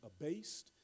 abased